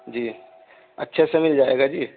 جی اچھے سے مل جائے گا جی